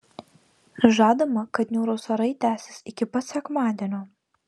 žadama kad niūrūs orai tęsis iki pat sekmadienio